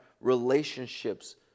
relationships